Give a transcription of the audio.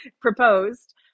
proposed